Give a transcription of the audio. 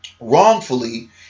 wrongfully